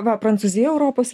va prancūzija europos